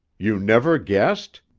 you never guessed?